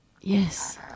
Yes